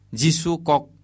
jisukok